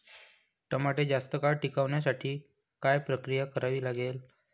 टमाटे जास्त काळ टिकवण्यासाठी काय प्रक्रिया करावी लागेल?